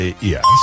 Yes